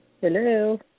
Hello